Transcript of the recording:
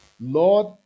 Lord